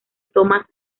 thomas